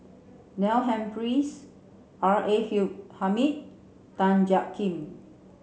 Neil Humphreys R A Hair Hamid Tan Jiak Kim